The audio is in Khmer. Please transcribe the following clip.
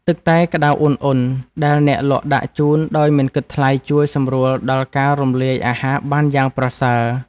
ទឹកតែក្ដៅឧណ្ហៗដែលអ្នកលក់ដាក់ជូនដោយមិនគិតថ្លៃជួយសម្រួលដល់ការរំលាយអាហារបានយ៉ាងប្រសើរ។